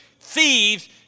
thieves